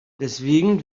deswegen